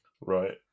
Right